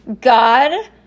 God